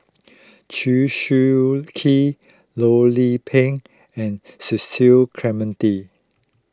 Chew Swee Kee Loh Lik Peng and Cecil Clementi